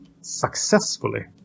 successfully